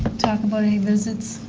talk about any visits.